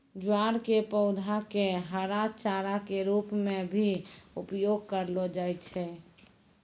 ज्वार के पौधा कॅ हरा चारा के रूप मॅ भी उपयोग करलो जाय छै